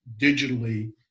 digitally